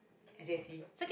S_J_C